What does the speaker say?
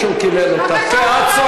דוקטור